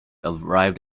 arrived